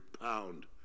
pound